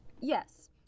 Yes